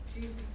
Jesus